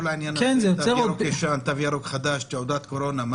כל העניין התו ירוק חדש, תעודת קורונה.